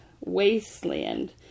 wasteland